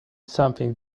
something